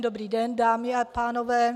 Dobrý den, dámy a pánové.